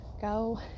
go